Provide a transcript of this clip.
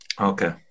Okay